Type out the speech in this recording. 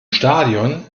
stadion